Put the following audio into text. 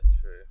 true